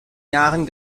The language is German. jahren